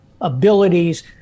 abilities